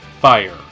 Fire